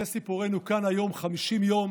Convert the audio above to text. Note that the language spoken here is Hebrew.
זה סיפורנו כאן היום, 50 יום